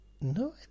No